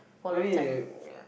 I mean